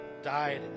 died